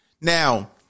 now